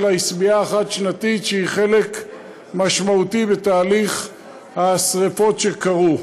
העשבייה החד-שנתית שהיא חלק משמעותי בתהליך השרפות שקרו.